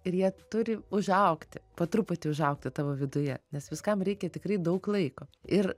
ir jie turi užaugti po truputį užaugti tavo viduje nes viskam reikia tikrai daug laiko ir